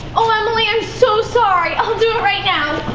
oh emily, i'm so sorry. i'll do it right now.